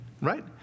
Right